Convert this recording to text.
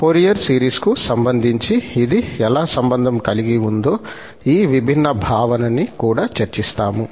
Fourier సిరీస్కు సంబంధించి ఇది ఎలా సంబంధం కలిగి ఉందో ఈ విభిన్న భావన ని కూడా చర్చిస్తాము